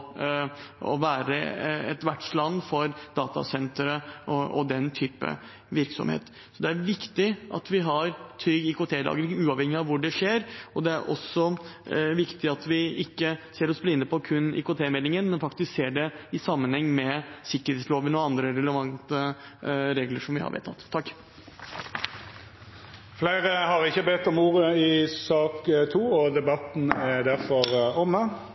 å være et vertsland for datasentre og den typen virksomhet. Så det er viktig at vi har trygg IKT-lagring uavhengig av hvor det skjer. Det er også viktig at vi ikke ser oss blinde på kun IKT-meldingen, men at vi faktisk ser det i sammenheng med sikkerhetsloven og andre relevante regler som vi har vedtatt. Fleire har ikkje bedt om ordet til sak